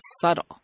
subtle